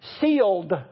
sealed